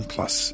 Plus